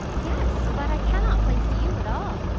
yes but i cannot place you at all,